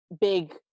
big